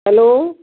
hello